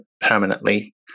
permanently